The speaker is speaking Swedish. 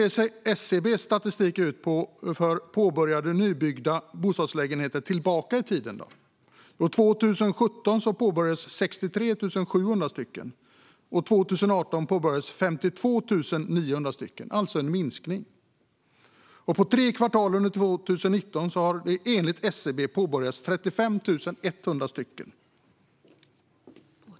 Hur ser då SCB:s statistik ut för påbörjade nybyggda bostadslägenheter bakåt i tiden? Jo, 2017 påbörjades 63 700 bostadslägenheter, och 2018 påbörjades 52 900 - alltså en minskning. På tre kvartal under 2019 har det enligt SCB påbörjats 35 100 bostadslägenheter.